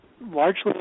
largely